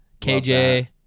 KJ